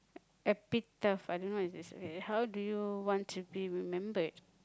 epitaph I dunno what is this okay how do you want to be remembered